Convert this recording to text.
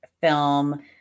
film